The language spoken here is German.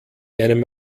einem